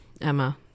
Emma